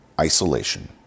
isolation